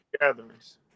gatherings